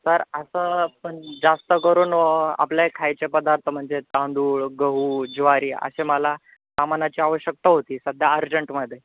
sir असं पण जास्त करून आपल्या खायचे पदार्थ म्हणजे तांदूळ गहू ज्वारी असे मला सामानाची आवश्यकता होती सध्या अर्जंटमध्ये